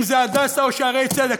אם זה הדסה או שערי צדק.